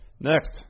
Next